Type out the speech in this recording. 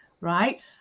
right